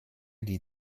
die